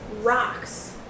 rocks